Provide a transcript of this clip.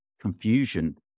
confusion